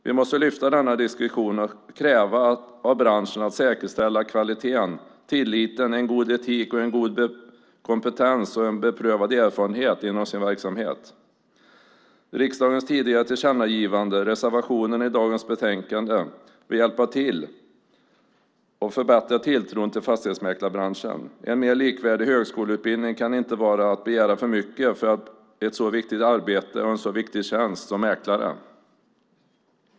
Vi måste lyfta denna diskussion och kräva av branschen att säkerställa kvaliteten, tilliten, en god etik, god kompetens och beprövad erfarenhet inom sin verksamhet. Riksdagens tidigare tillkännagivande och reservationen i dagens betänkande vill hjälpa till att förbättra tilltron till fastighetsmäklarbranschen. En mer likvärdig högskoleutbildning kan inte vara att begära för mycket för ett så viktigt arbete och en så viktig tjänst som mäklarens.